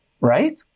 Right